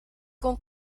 con